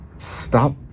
stop